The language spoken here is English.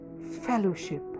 fellowship